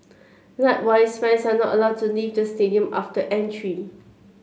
likewise fans are not allowed to leave the stadium after entry